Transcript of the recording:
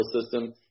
system